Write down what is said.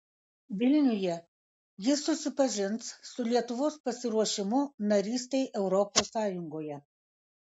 vilniuje jis susipažins su lietuvos pasiruošimu narystei europos sąjungoje